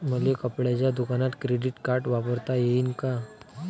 मले कपड्याच्या दुकानात क्रेडिट कार्ड वापरता येईन का?